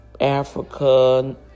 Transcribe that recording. Africa